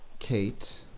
Kate